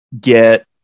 get